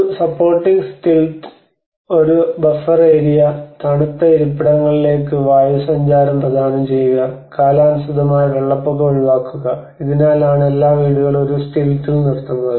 ഒരു supporting stilts ഒരു buffer area തണുത്ത ഇരിപ്പിടങ്ങളിലേക്ക് വായുസഞ്ചാരം പ്രദാനം ചെയ്യുക കാലാനുസൃതമായ വെള്ളപ്പൊക്കം ഒഴിവാക്കുക ഇതിനാലാണ് എല്ലാ വീടുകളും ഒരു സ്റ്റിൽട്ടിൽ നിർത്തുന്നത്